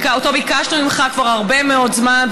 שביקשנו ממך כבר הרבה מאוד זמן,